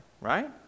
right